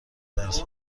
درس